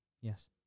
Yes